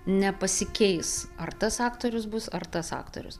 nepasikeis ar tas aktorius bus ar tas aktorius